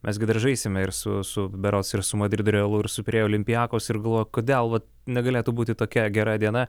mes gi dar žaisime ir su berods ir su madrido realu ir su pirėjo olympiakos ir galvoju kodėl negalėtų būti tokia gera diena